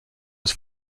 was